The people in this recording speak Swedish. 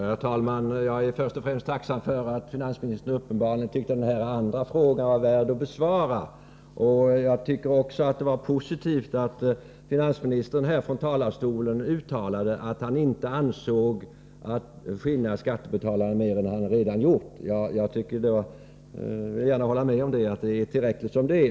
Herr talman! Först vill jag säga att jag är tacksam för att finansministern uppenbarligen tyckte att följdfrågan till min andra fråga var värd att besvara. Jag tycker också att det var positivt att finansministern här i riksdagen uttalade att han inte avsåg att skinna skattebetalarna mer än han redan gjort. Jag vill gärna hålla med om att det är tillräckligt som det är.